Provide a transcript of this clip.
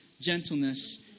gentleness